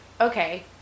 Okay